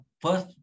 First